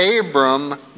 Abram